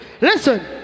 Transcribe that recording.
Listen